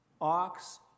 Ox